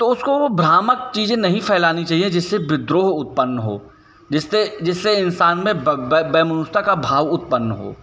तो उसको वो भ्रामक चीज़ें नहीं फैलानी चहिए जिससे विद्रोह उत्पन्न हो जिससे जिससे इन्सान में वै वै वैमनष्यता का भाव उत्पन्न हो